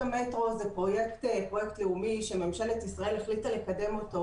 המטרו הוא פרויקט לאומי שממשלת ישראל החליטה לקדם אותו.